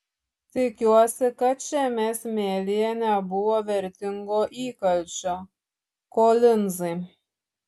tikiuosi kad šiame smėlyje nebuvo vertingo įkalčio kolinzai